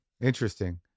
Interesting